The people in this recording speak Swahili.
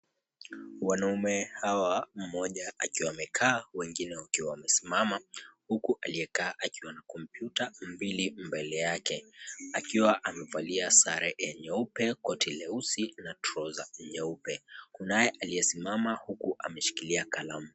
Wanaume hawa mmoja akiwa amekaa, wengine wakiwa wamesimama, huku aliyekaa akiwa na kompyuta mbili mbele yake. Akiwa amevalia sare ya nyeupe koti leusi na trouser nyeupe. Kunaye aliyesimama huku ameshikilia kalamu.